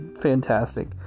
fantastic